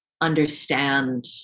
understand